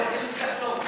אנחנו הולכים לחטוף.